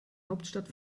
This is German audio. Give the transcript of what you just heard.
hauptstadt